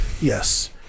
Yes